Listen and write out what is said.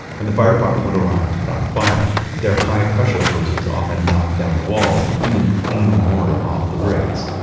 when the fire department would arrive to put out the fire, their high-pressure hoses often knocked down the walls and even cleaned the mortar off the bricks